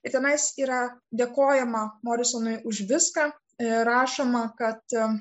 ir tenais yra dėkojama morisonui už viską ir rašoma kad